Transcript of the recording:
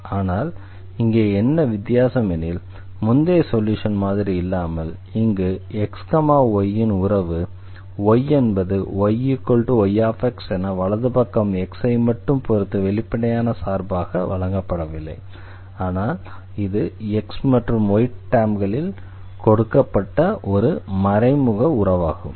ஆனால் இங்கே என்ன வித்தியாசம் எனில் முந்தைய சொல்யூஷன் மாதிரி இல்லாமல் இங்கு x y இன் உறவு y என்பது y y என வலது பக்கம் x ஐ மட்டும் பொறுத்து வெளிப்படையான சார்பாக வழங்கப்படவில்லை ஆனால் இது x மற்றும் y டெர்ம்களில் கொடுக்கப்பட்ட ஒரு மறைமுக உறவாகும்